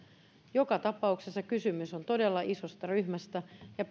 joka tapauksessa kysymys on todella isosta ryhmästä ja